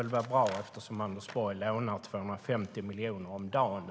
Det vore väl bra, eftersom Anders Borg lånar 250 miljoner om dagen.